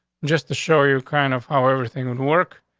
just to show you kind of how everything would work,